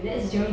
mm